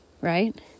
right